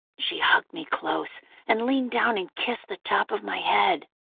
she hugged me close and leaned down and kissed the top of my head.